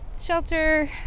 shelter